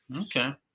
Okay